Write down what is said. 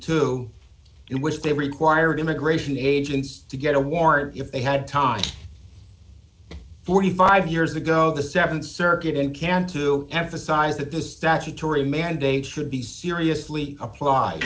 in which they required immigration agents to get a warrant if they had time forty five years ago the th circuit in cannes to emphasize that this statutory mandate should be seriously appl